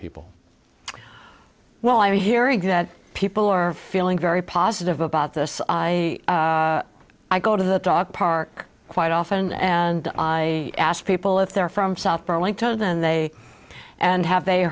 people well i'm hearing that people are feeling very positive about this i i go to the dog park quite often and i ask people if they're from south burlington then they and have they